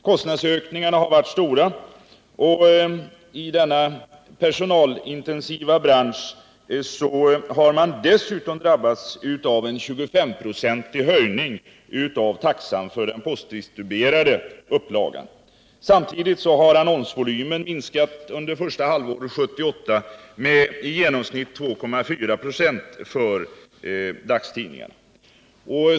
Kostnadsökningarna har varit stora, och i denna personalintensiva bransch har-man dessutom drabbats av en 25-procentig höjning av taxan för den postdistribuerade upplagan. Samtidigt har annonsvolymen under det första halvåret 1978 minskat med i genomsnitt 2,4 26 för dagstidningar.